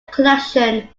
collection